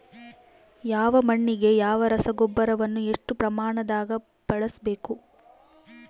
ಯಾವ ಮಣ್ಣಿಗೆ ಯಾವ ರಸಗೊಬ್ಬರವನ್ನು ಎಷ್ಟು ಪ್ರಮಾಣದಾಗ ಬಳಸ್ಬೇಕು?